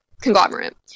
Conglomerate